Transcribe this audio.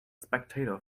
spectator